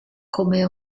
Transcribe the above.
come